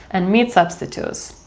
and meat substitutes?